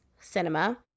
Cinema